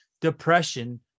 depression